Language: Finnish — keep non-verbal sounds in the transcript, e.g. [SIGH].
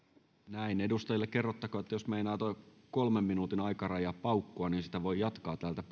edustajille kerrottakoon että jos meinaa tuo kolmen minuutin aikaraja paukkua niin puheenvuoroa voi jatkaa täältä [UNINTELLIGIBLE]